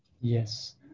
yes